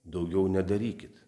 daugiau nedarykit